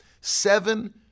Seven